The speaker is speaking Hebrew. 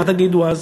מה תגידו אז?